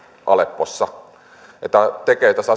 aleppossa tämä tekee tästä